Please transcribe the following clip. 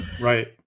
Right